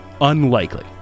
Unlikely